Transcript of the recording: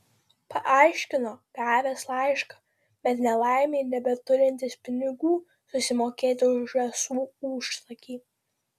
paaiškino gavęs laišką bet nelaimei nebeturintis pinigų susimokėti už žąsų užtakį